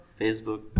Facebook